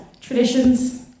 traditions